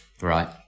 Right